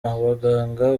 abaganga